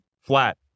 flat